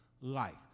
life